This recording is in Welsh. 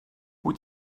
wyt